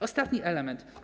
Ostatni element.